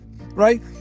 right